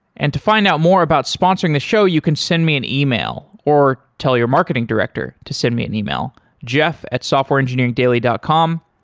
and to find out more about sponsoring the show, you can send me an ah e-mail or tell your marketing director to send me an e-mail jeff at softwareengineeringdaily dot com.